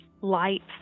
Lights